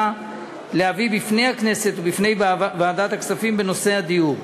להביא בפני הכנסת ובפני ועדת הכספים בנושא הדיור.